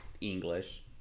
English